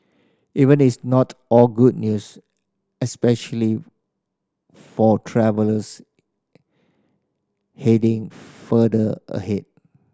even it's not all good news especially for travellers heading farther ahead